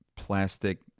plastic